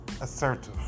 assertive